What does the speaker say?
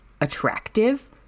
attractive